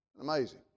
Amazing